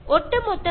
ஒட்டுமொத்தமாக